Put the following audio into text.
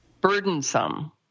burdensome